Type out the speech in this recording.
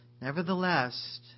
Nevertheless